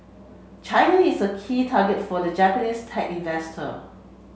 China is a key target for the Japanese tech investor